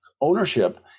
ownership